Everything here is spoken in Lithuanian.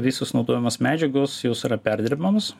visos naudojamos medžiagos jos yra perdirbamos